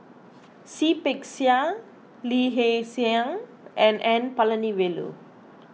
Seah Peck Seah Lee Hee Seng and N Palanivelu